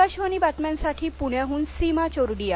आकाशवाणी बातम्यांसाठी पुण्याहून सीमा चोरडिया